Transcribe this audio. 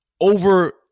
over